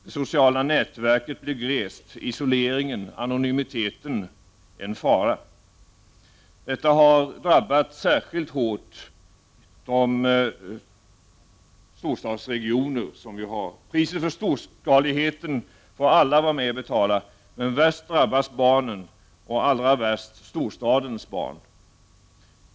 Det sociala nätverket blir glest, isoleringen, anonymiteten en fara. Detta har drabbat särskilt hårt våra storstadsregioner. Priset för storskaligheten får alla vara med om att betala. Men värst drabbas barnen, och allra värst storstadens barn.